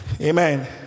Amen